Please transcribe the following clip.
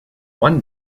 one